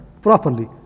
properly